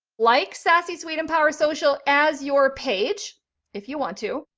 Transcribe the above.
like sassy suite, empowersocial, as your page if you want to.